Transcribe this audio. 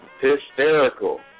Hysterical